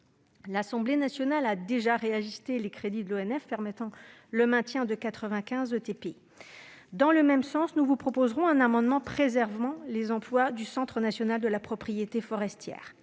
L'Assemblée nationale a déjà réajusté les crédits de l'ONF, permettant le maintien de 95 équivalents temps plein. Dans le même sens, nous vous proposerons un amendement visant à préserver les emplois du Centre national de la propriété forestière.